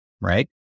right